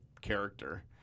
character